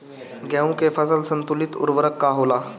गेहूं के फसल संतुलित उर्वरक का होला?